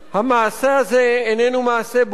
המעשה הזה איננו מעשה בודד.